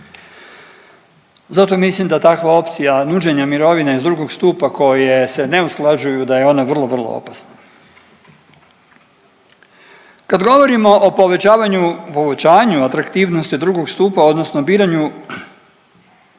Zato mislim da takva opcija nuđenja mirovine iz 2. stupa koje se ne usklađuju da je ona vrlo, vrlo opasna. Kad govorimo o povećavanju, uvećanju atraktivnosti drugog stupa odnosno biranju